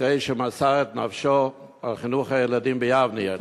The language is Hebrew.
אחרי שמסר את נפשו על חינוך הילדים ביבנאל.